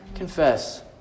Confess